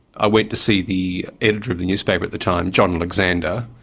i went to see the editor of the newspaper at the time, john alexander,